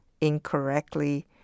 incorrectly